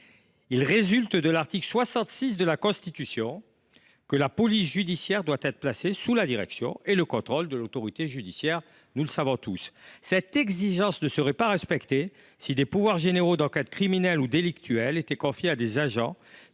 « résulte de l’article 66 de la Constitution que la police judiciaire doit être placée sous la direction et le contrôle de l’autorité judiciaire. Cette exigence ne serait pas respectée si des pouvoirs généraux d’enquête criminelle ou délictuelle étaient confiés à des agents